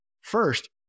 First